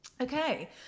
Okay